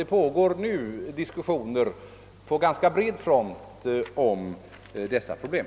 Det pågår nu diskussioner på ganska bred front om dessa problem.